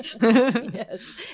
Yes